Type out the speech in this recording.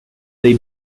dei